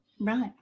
Right